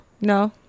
no